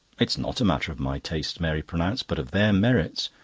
it's not a matter of my taste, mary pronounced, but of their merits.